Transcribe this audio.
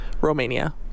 Romania